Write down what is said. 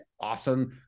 awesome